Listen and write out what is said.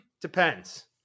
Depends